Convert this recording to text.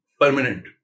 permanent